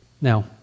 Now